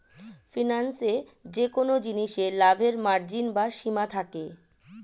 ফিন্যান্সে যেকোন জিনিসে লাভের মার্জিন বা সীমা থাকে